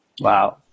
Wow